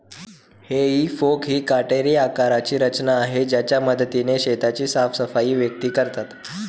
हेई फोक ही काटेरी आकाराची रचना आहे ज्याच्या मदतीने शेताची साफसफाई व्यक्ती करतात